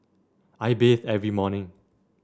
I bathe every morning